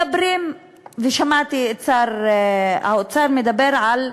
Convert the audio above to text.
מדברים, שמעתי את שר האוצר מדבר על תוכנית,